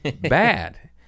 bad